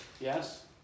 Yes